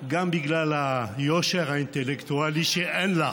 גם בגלל היושר האינטלקטואלי שאין לך.